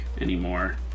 anymore